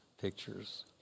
pictures